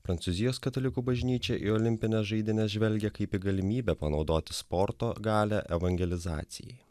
prancūzijos katalikų bažnyčia į olimpines žaidynes žvelgia kaip į galimybę panaudoti sporto galią evangelizacijai